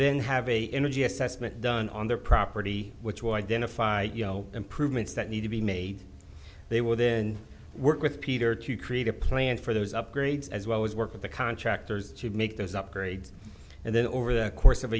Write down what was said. then have a energy assessment done on their property which will identify improvements that need to be made they will then work with peter to create a plan for those upgrades as well as work with the contractors to make those upgrades and then over the course of